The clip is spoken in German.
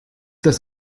das